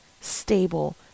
stable